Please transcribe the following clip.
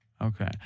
Okay